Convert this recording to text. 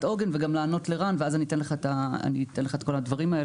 עוגן וגם לענות לרן ואז אני אתן לך את כל הנתונים.